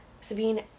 Sabine